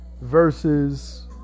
versus